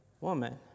woman